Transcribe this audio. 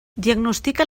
diagnostica